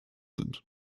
sind